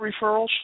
referrals